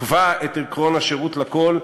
קְבַע את עקרון השירות לכול,